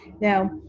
Now